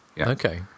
Okay